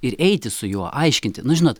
ir eiti su juo aiškinti nu žinot